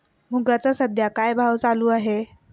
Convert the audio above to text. मुगाचा सध्या काय भाव चालू आहे?